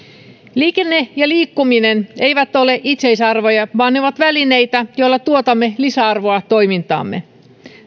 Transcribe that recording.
liikenne ja liikkuminen eivät ole itseisarvoja vaan ne ovat välineitä joilla tuotamme lisäarvoa toimintaamme